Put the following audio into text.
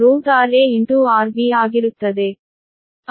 15 divided by rArArB ಆಗಿರುತ್ತದೆ